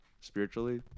spiritually